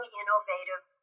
innovative